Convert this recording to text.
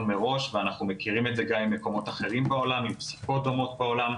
מראש ואנחנו מכירים את זה גם במקומות אחרים בעולם עם נסיבות דומות בעולם.